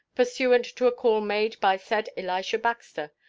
pursuant to a call made by said elisha baxter,